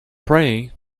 pray